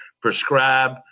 prescribe